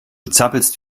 zappelst